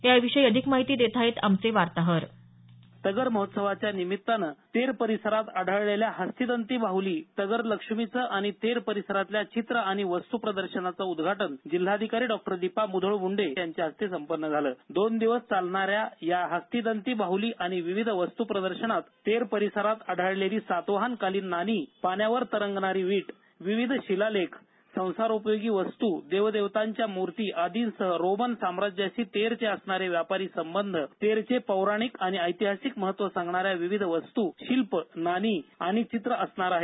याविषयी अधिक माहिती देत आहेत आमचे वार्ताहर तगर महोत्सवाच्या निमित्ताने तगर परिसरात आढळलेल्या हस्तिदंती बाहली तगर लक्ष्मीच आणि ते परिसरातल्या चित्र आणि वस्तू प्रदर्शनाचे उद्घाटन जिल्हाधिकारी डॉक्टर दीपा म्धोळ मुंडे यांच्या हस्ते संपन्न झालं दोन दिवस चालणाऱ्या या हस्तिदंती बाहली आणि विविध वस्तू प्रदर्शनात तेर परिसरात आधारलेली सातवाहनकालीन नाणी पाण्यावर तरंगणारी वीट विविध शिलालेख संसारोपयोगी वस्तू देवदेवतांच्या मूर्ती आदि सह तेर आणि रोमन साम्राज्याशी असणारे व्यापारी संबंध पौराणिक आणि ऐतिहासिक महत्त्व सांगणाऱ्या विविध वस्तू चित्र असणार आहेत